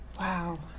Wow